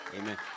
amen